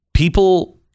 People